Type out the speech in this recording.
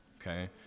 okay